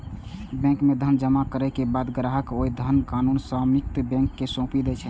bank मे धन जमा करै के बाद ग्राहक ओइ धनक कानूनी स्वामित्व बैंक कें सौंपि दै छै